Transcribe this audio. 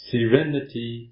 Serenity